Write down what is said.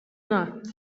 not